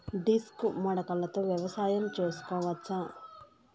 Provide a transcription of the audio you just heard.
Disc మడకలతో వ్యవసాయం చేసుకోవచ్చా??